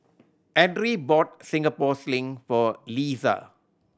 Edrie bought Singapore Sling for Leesa